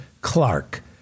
Clark